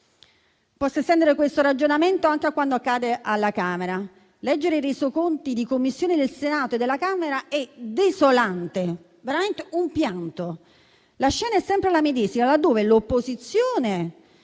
Posso estendere questo ragionamento anche a quanto accade alla Camera. Leggere i resoconti di Commissione del Senato e della Camera è desolante, veramente un pianto. La scena è sempre la medesima: l'opposizione